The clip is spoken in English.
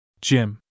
Jim